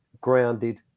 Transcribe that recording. grounded